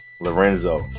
Lorenzo